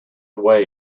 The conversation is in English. way